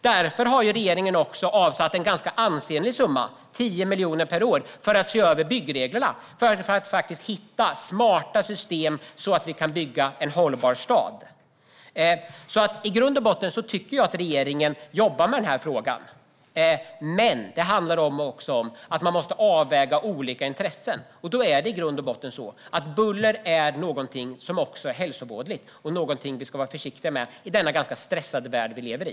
Därför har regeringen avsatt en ganska ansenlig summa - 10 miljoner per år - för att se över byggreglerna så att man kan hitta smarta system för att bygga en hållbar stad. I grund och botten tycker jag att regeringen jobbar med den här frågan. Men det handlar också om en avvägning mellan olika intressen. Då är buller någonting som också är hälsovådligt och som vi ska vara försiktiga med i denna ganska stressiga värld som vi lever i.